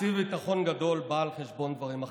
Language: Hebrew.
תקציב ביטחון גדול בא על חשבון דברים אחרים,